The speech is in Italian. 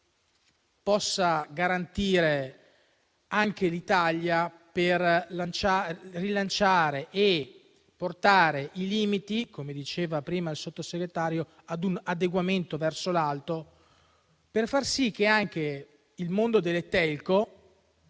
possa garantire anche l'Italia per rilanciare e portare i limiti - come diceva prima il Sottosegretario - a un adeguamento verso l'alto per il mondo delle telco,